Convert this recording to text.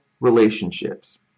relationships